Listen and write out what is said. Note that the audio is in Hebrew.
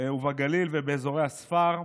ובגליל ובאזורי הספר.